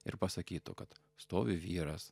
ir pasakytų kad stovi vyras